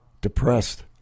depressed